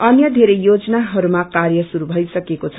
अन्य वेरै योजनाहरूमा कार्य श्रुरू भईसकेको छ